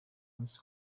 munsi